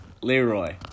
Leroy